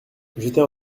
j’étais